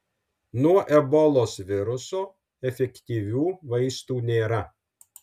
nuo ebolos viruso efektyvių vaistų nėra